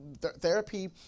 Therapy